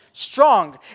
strong